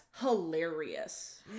hilarious